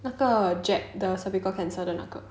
那个 jab the cervical cancer 的那个